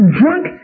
drunk